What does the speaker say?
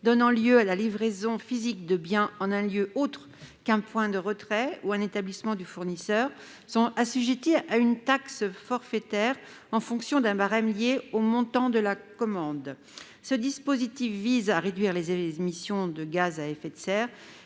donnant lieu à la livraison physique de biens en un lieu autre qu'un point de retrait ou un établissement du fournisseur sont assujetties à une taxe forfaitaire en fonction d'un barème lié au montant de la commande. Ce dispositif vise à réduire les émissions de gaz à effet de serre